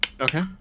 okay